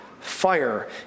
fire